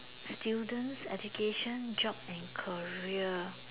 students education job and career